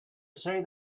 say